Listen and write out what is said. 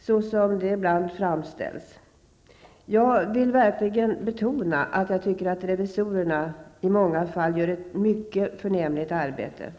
såsom det ibland har framställts. Jag vill verkligen betona att revisorerna i många fall gör ett mycket förnämligt arbete.